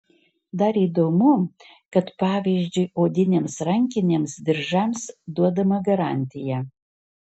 dar įdomu kad pavyzdžiui odinėms rankinėms diržams duodama garantija